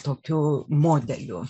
tokiu modeliu